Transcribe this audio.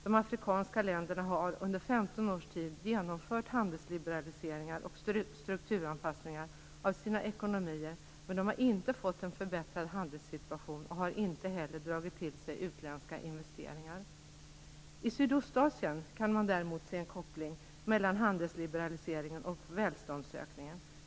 De afrikanska länderna har under 15 års tid genomfört handelsliberaliseringar och strukturanpassningar av sina ekonomier, men de har inte fått en förbättrad handelssituation och har inte heller dragit till sig utländska investeringar. I Sydostasien kan man däremot se en koppling mellan handelsliberaliseringen och välståndsökningen.